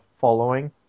following